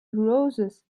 roses